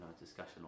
discussion